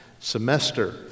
semester